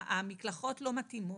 המקלחות לא מתאימות.